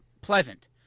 pleasant